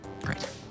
Great